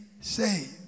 saved